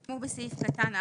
כמו מענק חד פעמי.